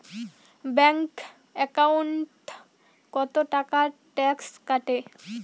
Bank একাউন্টত কতো টাকা ট্যাক্স কাটে?